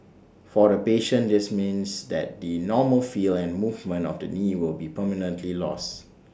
for the patient this means that the normal feel and movement of the knee will be permanently lost